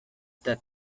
that